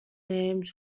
named